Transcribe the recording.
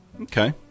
Okay